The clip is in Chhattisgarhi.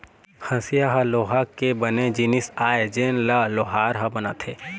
हँसिया ह लोहा के बने जिनिस आय जेन ल लोहार ह बनाथे